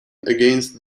against